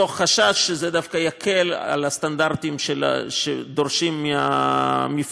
מתוך חשש שזה דווקא יקל את הסטנדרטים שדורשים מהמפעלים.